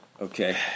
Okay